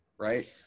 right